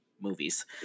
movies